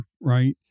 right